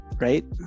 right